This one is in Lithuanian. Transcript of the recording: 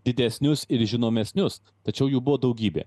didesnius ir žinomesnius tačiau jų buvo daugybė